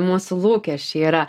mūsų lūkesčiai yra